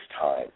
time